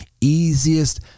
easiest